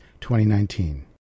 2019